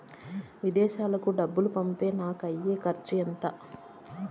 విదేశాలకు డబ్బులు పంపేకి నాకు అయ్యే ఖర్చు ఎంత?